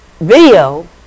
video